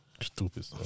Stupid